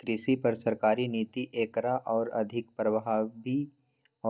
कृषि पर सरकारी नीति एकरा और अधिक प्रभावी